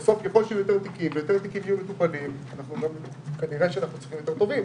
בסוף ככל שיותר תיקים יטופלו אז כנראה נצטרך את התובעים.